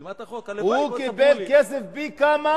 ילמד את החוק, הלוואי, הוא קיבל כסף פי כמה.